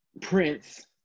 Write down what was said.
prince